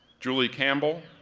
julie campbell,